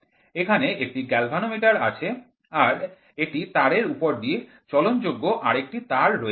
এখানে একটি গ্যালভানোমিটার আছে আর এটি তারের উপর দিয়ে চলন যোগ্য আরেকটি তার রয়েছে